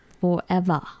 forever